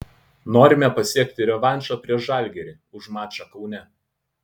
norime pasiekti revanšą prieš žalgirį už mačą kaune